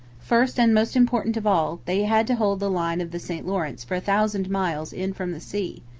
first, and most important of all, they had to hold the line of the st lawrence for a thousand miles in from the sea.